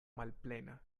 malplena